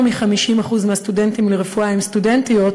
מ-50% מהסטודנטים לרפואה הם סטודנטיות,